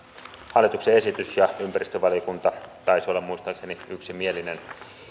hallituksen esitys ja ympäristövaliokunta taisi olla muistaakseni yksimielinen